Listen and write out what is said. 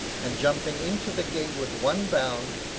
and jumping into the gig with one bound,